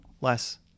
less